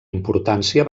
importància